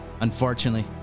Unfortunately